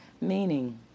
Meaning